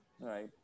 Right